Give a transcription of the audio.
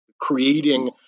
creating